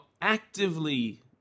actively